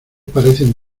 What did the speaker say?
parecen